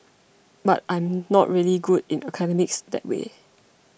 but I'm not really good in academics that way